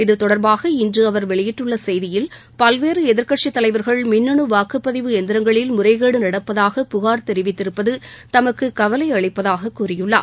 இது தொடர்பாக இன்று அவர் வெளியிட்டுள்ள செய்தியில் பல்வேறு எதிர்க்கட்சித் தலைவர்கள் மின்னு வாக்குப்பதிவு இயந்திரங்களில் முறைகேடு நடப்பதாக புகார் தெரிவித்திருப்பது தமக்கு கவலை அளிப்பதாகக் கூறியுள்ளார்